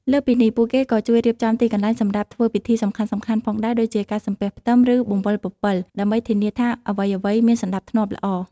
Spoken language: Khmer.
លើសពីនេះ ពួកគេក៏ជួយ រៀបចំទីកន្លែង សម្រាប់ធ្វើពិធីសំខាន់ៗផងដែរ ដូចជាការសំពះផ្ទឹម ឬបង្វិលពពិល ដើម្បីធានាថាអ្វីៗមានសណ្ដាប់ធ្នាប់ល្អ។